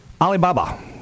Alibaba